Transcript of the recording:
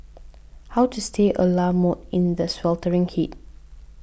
how to stay a la mode in the sweltering heat